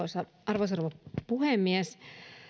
arvoisa rouva puhemies